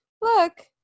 Look